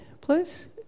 please